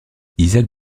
isaac